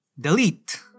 Delete